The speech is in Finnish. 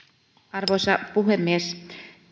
arvoisa puhemies